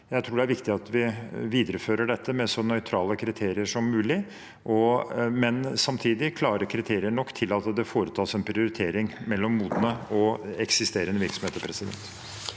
Jeg tror det er viktig at vi viderefører dette med så nøytrale kriterier som mulig, men samtidig med klare nok kriterier til at det foretas en prioritering mellom modne og eksisterende virksomheter. Presidenten